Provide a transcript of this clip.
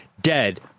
dead